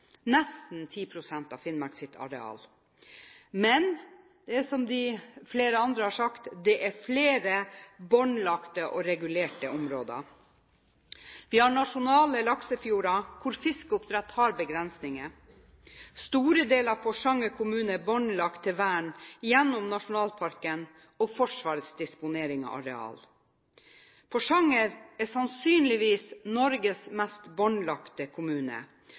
nesten 10 pst. av Finnmarks areal. Men det er som flere andre har sagt, flere båndlagte og regulerte områder: Vi har nasjonale laksefjorder hvor fiskeoppdrett har begrensninger. Store deler av Porsanger kommune er båndlagt til vern gjennom nasjonalparken og Forsvarets disponering av areal. Porsanger er sannsynligvis Norges mest båndlagte kommune,